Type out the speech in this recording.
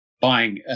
buying